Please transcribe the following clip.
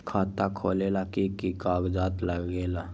खाता खोलेला कि कि कागज़ात लगेला?